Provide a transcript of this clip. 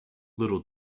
little